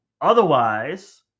Otherwise